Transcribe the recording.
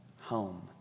home